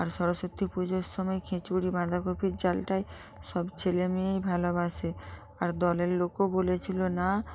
আর সরস্বতী পুজোর সময় খিচুড়ি বাঁধাকপির ঝালটাই সব ছেলেমেয়েই ভালোবাসে আর দলের লোকও বলেছিল না